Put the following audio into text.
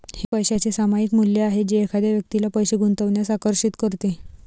हे पैशाचे सामायिक मूल्य आहे जे एखाद्या व्यक्तीला पैसे गुंतवण्यास आकर्षित करते